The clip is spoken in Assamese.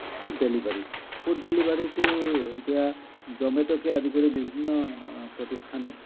ফুড ডেলিভাৰী ফুড ডেলিভাৰীটো এতিয়া জ'মেত'কে আদি কৰি বিভিন্ন প্ৰতিষ্ঠানে